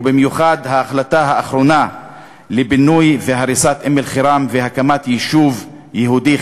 במיוחד ההחלטה האחרונה לפינוי והריסת אום-אלחיראן והקמת יישוב יהודי,